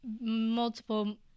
multiple